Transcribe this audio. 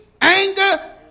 anger